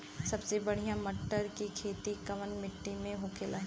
सबसे बढ़ियां मटर की खेती कवन मिट्टी में होखेला?